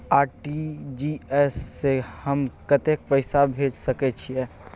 RTG S स हम कत्ते पैसा भेज सकै छीयै?